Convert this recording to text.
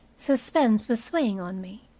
suspense was weighing on me.